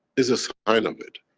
is a sign of it.